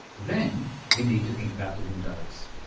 then we need to think about the windows.